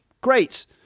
great